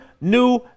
new